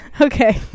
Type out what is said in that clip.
Okay